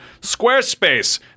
Squarespace